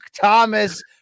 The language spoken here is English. Thomas